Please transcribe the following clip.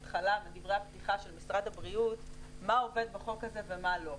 מדברי הפתיחה של משרד הבריאות מה עובד בחוק הזה ומה לא.